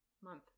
month